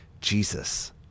Jesus